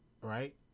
Right